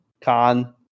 con